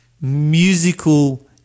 musical